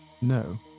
No